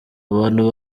abantu